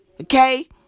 Okay